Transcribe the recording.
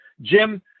Jim